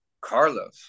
carlos